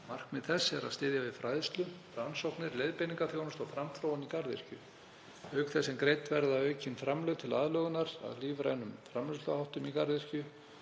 Markmið þess er að styðja við fræðslu, rannsóknir, leiðbeiningarþjónustu og framþróun í garðyrkju, auk þess sem greidd verða aukin framlög til aðlögunar að lífrænum framleiðsluháttum í garðyrkju.